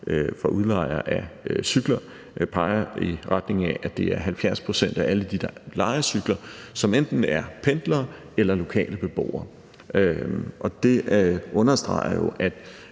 fra udlejere af cykler peger i retning af, at det er 70 pct. af alle dem, der lejer cykler, som enten er pendlere eller lokale beboere. Og det understreger jo, at